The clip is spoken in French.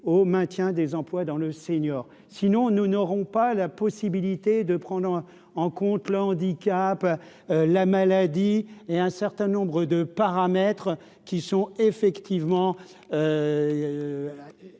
au maintien des emplois dans le senior, sinon nous n'aurons pas la possibilité de prendre en compte le handicap, la maladie et un certain nombre de paramètres qui sont effectivement